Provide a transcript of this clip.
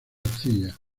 arcilla